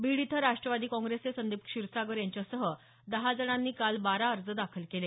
बीड इथं राष्ट्रवादी काँग्रेसचे संदीप क्षीरसागर यांच्यासह दहा जणांनी काल बारा अर्ज दाखल केले